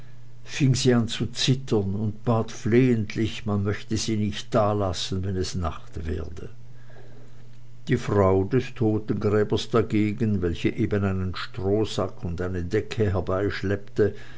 fing sie an zu zittern und bat flehentlich man möchte sie nicht da lassen wenn es nacht werde die frau des totengräbers dagegen welche eben einen strohsack und eine decke